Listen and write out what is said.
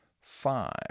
five